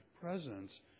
presence